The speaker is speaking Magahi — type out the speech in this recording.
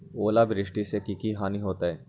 ओलावृष्टि से की की हानि होतै?